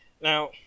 Now